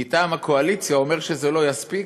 מטעם הקואליציה, אומר שזה לא יספיק,